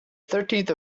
thirteenth